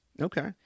Okay